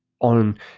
on